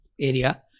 Area